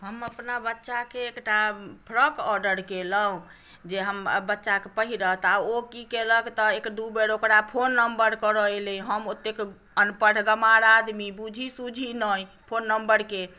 हम अपना बच्चाके एकटा फ्रॉक ऑर्डर केलहुँ जे हमर बच्चा पहिरत आ ओ की कयलक तऽ एक दू बेर ओकरा फोन नम्बर करय एलै हम ओतेक अनपढ़ गवार आदमी बूझी सूझी नहि फोन नम्बरके